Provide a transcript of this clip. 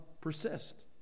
persist